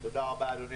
תודה רבה אדוני.